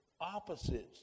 opposites